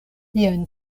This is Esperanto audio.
jen